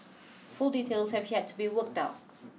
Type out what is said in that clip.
full details have yet to be worked out